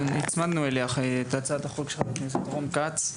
הצמדנו אליה את הצעת החוק של חבר הכנסת רון כץ.